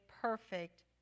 perfect